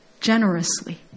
generously